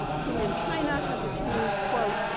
who in china, has attained quote,